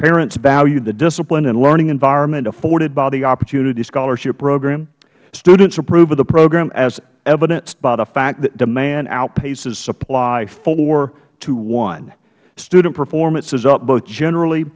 parents value the discipline and learning environment afforded by the opportunity scholarship program students approve of the program as evidenced by the fact that demand outpaces supply four to one student performance is up both generally